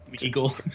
eagle